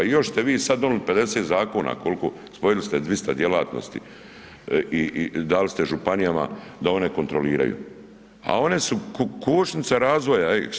I još ste vi sad onih 50 zakona, koliko, spomenuli ste 200 djelatnosti i dali ste županijama da one kontroliraju, a one su kočnica razvoja.